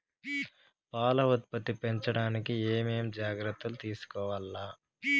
పాల ఉత్పత్తి పెంచడానికి ఏమేం జాగ్రత్తలు తీసుకోవల్ల?